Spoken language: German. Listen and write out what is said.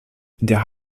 der